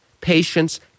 patience